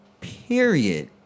period